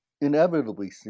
inevitably